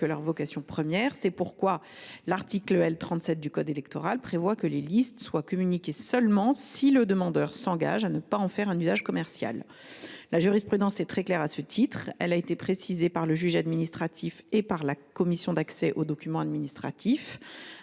La jurisprudence est très claire à cet égard ; elle a été précisée tant par le juge administratif que par la Commission d’accès aux documents administratifs.